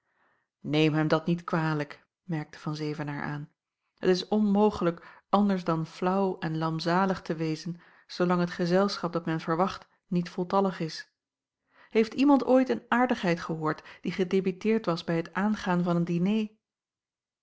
neem hem dat niet kwalijk merkte van zevenaer aan het is onmogelijk anders dan flaauw en lamzalig te wezen zoolang het gezelschap dat men verwacht niet voltallig is heeft iemand ooit een aardigheid gehoord die gedebiteerd was bij het aangaan van een diner